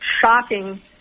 shocking